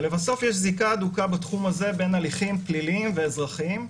ולבסוף יש זיקה הדוקה בתחום הזה בין הליכים פליליים ואזרחיים,